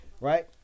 right